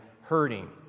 hurting